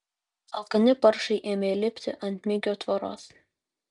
alkani paršai ėmė lipti ant migio tvoros